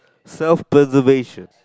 self preservation